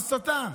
הסתה.